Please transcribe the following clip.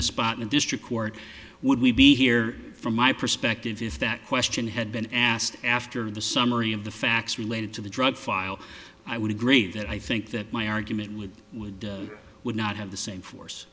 the spot in a district court would we be here from my perspective if that question had been asked after the summary of the facts related to the drug file i would agree that i think that my argument would would would not have the same force